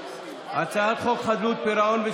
הצעת חוק חדלות פירעון,